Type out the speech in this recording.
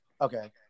Okay